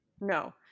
No